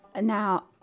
Now